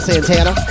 Santana